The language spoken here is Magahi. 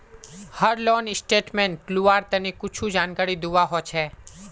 हर लोन स्टेटमेंट लुआर तने कुछु जानकारी दुआ होछे